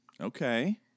Okay